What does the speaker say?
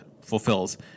fulfills